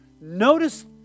Notice